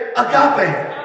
agape